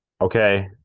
Okay